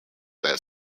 that